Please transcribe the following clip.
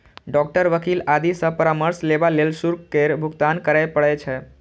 doctor, वकील आदि सं परामर्श लेबा लेल शुल्क केर भुगतान करय पड़ै छै